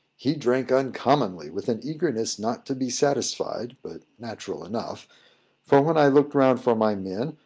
he drank uncommonly, with an eagerness not to be satisfied, but natural enough for when i looked round for my men,